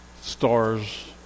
Stars